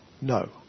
No